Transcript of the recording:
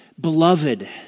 Beloved